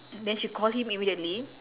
then she call him immediately